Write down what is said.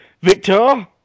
Victor